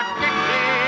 dixie